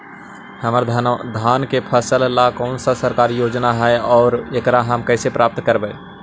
हमर धान के फ़सल ला कौन सा सरकारी योजना हई और एकरा हम कैसे प्राप्त करबई?